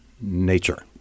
nature